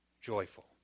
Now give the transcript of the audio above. joyful